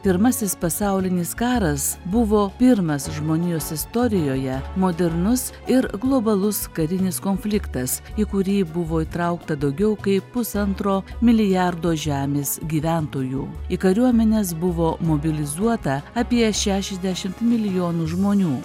pirmasis pasaulinis karas buvo pirmas žmonijos istorijoje modernus ir globalus karinis konfliktas į kurį buvo įtraukta daugiau kaip pusantro milijardo žemės gyventojų į kariuomenes buvo mobilizuota apie šešiasdešimt milijonų žmonių